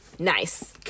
Nice